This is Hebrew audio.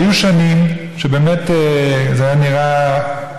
והיו שנים שבאמת זה נראה,